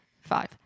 Five